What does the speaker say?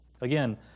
Again